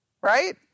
right